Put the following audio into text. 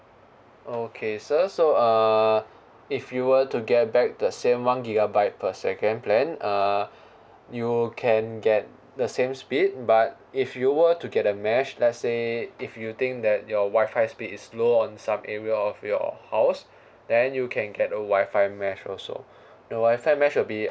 okay sir so uh if you were to get back the same one gigabyte per second plan uh you can get the same speed but if you were to get a mesh let's say if you think that your wifi speed is slow on some area of your house then you can get a wifi mesh also the wifi mesh will be